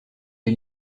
les